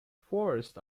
forests